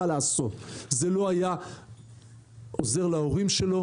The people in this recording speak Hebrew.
זה לא היה עוזר להורים שלו.